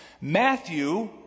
Matthew